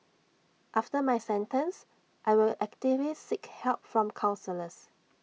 after my sentence I will actively seek help from counsellors